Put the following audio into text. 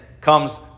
comes